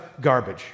garbage